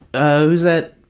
oh, who is that,